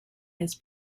his